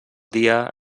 dia